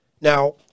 Now